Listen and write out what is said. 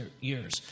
years